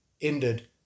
ended